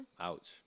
Ouch